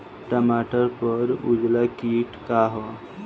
टमाटर पर उजला किट का है?